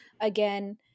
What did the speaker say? again